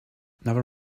never